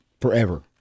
forever